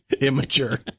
immature